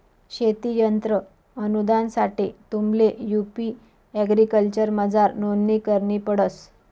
शेती यंत्र अनुदानसाठे तुम्हले यु.पी एग्रीकल्चरमझार नोंदणी करणी पडस